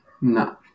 no